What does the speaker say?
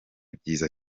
byiza